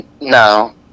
no